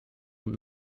und